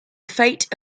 fate